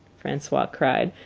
francois cried,